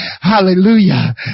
Hallelujah